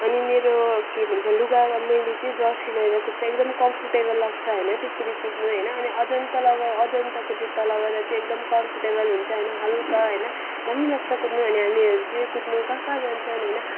अनि मेरो के भन्छ लुगा मैले चाहिँ जर्सी लगाएर कुद्छु एकदम कम्फोर्टेबल लाग्छ होइन त्यसरी कुद्नु होइन अनि अजन्ता लगा अजन्ताको जुत्ता लगाएर चाहिँ एकदम कम्फोर्टेबल हुन्छ होइन हल्का होइन दामी लाग्छ कुद्नु अनि हामीहरू चाहिँ कुद्नु कहाँ कहाँ जान्छौँ होइन